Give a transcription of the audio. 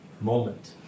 moment